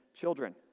Children